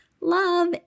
Love